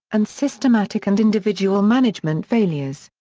and systematic and individual management failures.